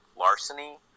larceny